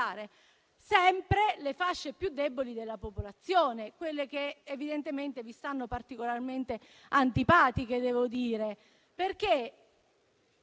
sempre le fasce più deboli della popolazione, quelle che evidentemente vi stanno particolarmente antipatiche. Ce ne siamo